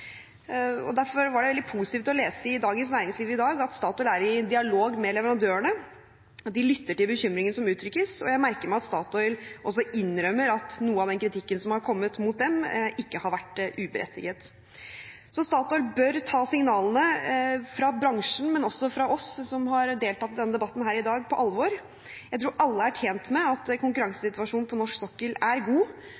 Derfor var det litt positivt å lese i Dagens Næringsliv i dag at Statoil er i dialog med leverandørene. De lytter til bekymringene som uttrykkes, og jeg merker meg at Statoil også innrømmer at noe av den kritikken som har kommet mot dem, ikke har vært uberettiget. Så Statoil bør ta signalene fra bransjen, men også fra oss som har deltatt i denne debatten her i dag, på alvor. Jeg tror alle er tjent med at